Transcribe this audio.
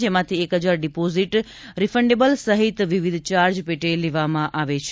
જેમાંથી એક હજાર ડિપોઝીટ રિફંડેબલ સહિત વિવિધ ચાર્જ પેટે લેવામાં આવે છે